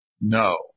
No